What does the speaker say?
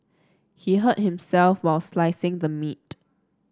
he hurt himself while slicing the meat